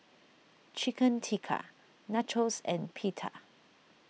Chicken Tikka Nachos and Pita